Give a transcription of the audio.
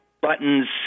buttons